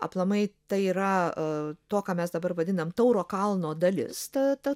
aplamai tai yra to ką mes dabar vadinam tauro kalno dalis ta ta